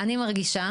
אני מרגישה,